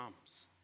comes